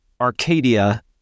Arcadia